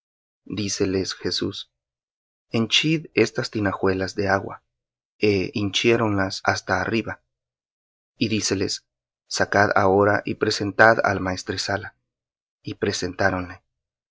díceles jesús henchid estas tinajuelas de agua e hinchiéronlas hasta arriba y díceles sacad ahora y presentad al maestresala y presentáron